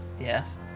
Yes